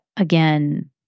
again